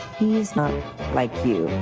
he's not like you.